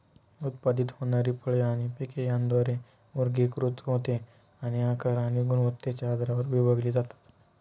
उत्पादित होणारी फळे आणि पिके यंत्राद्वारे वर्गीकृत होते आणि आकार आणि गुणवत्तेच्या आधारावर विभागली जातात